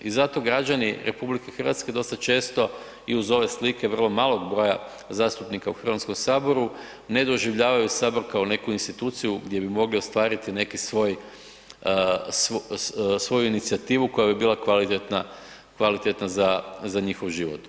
I zato građani RH dosta često i uz ove slike vrlo malog broja zastupnika u HS-u ne doživljavaju Sabor kao neku instituciju gdje bi mogli ostvariti neki svoj, svoju inicijativu koja bi bila kvalitetna za njihov život.